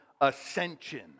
ascension